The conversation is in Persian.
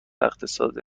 اقتصادی